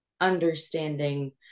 understanding